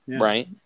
right